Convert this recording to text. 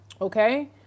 Okay